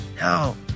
no